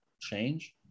change